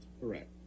Correct